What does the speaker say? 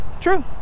true